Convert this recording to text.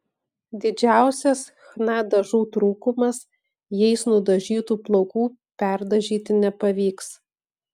didžiausias chna dažų trūkumas jais nudažytų plaukų perdažyti nepavyks